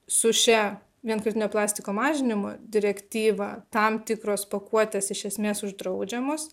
su šia vienkartinio plastiko mažinimo direktyva tam tikros pakuotės iš esmės uždraudžiamos